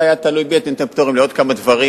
אם זה היה תלוי בי הייתי נותן פטורים לעוד כמה דברים.